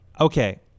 okay